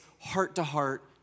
heart-to-heart